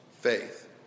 faith